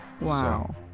Wow